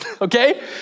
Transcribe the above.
okay